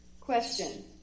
Question